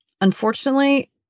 Unfortunately